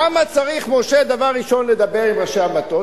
למה צריך משה דבר ראשון לדבר עם ראשי המטות?